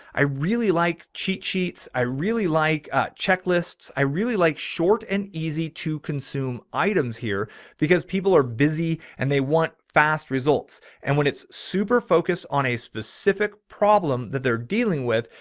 i really like cheat sheets. i really like checklists. i really like short and easy to consume. items here because people are busy and they want fast results. and when it's super focused on a specific problem that they're dealing with,